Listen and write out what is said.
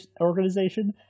organization